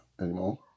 anymore